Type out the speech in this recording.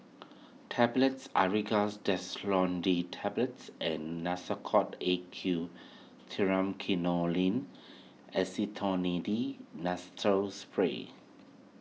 Tablets Aerius Desloratadine Tablets and Nasacort A Q Acetonide Spray